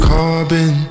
Carbon